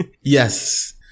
Yes